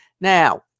Now